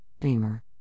Beamer